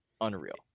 Unreal